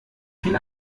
viel